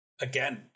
again